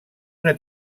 una